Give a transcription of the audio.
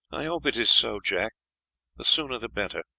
i hope it is so, jack the sooner the better.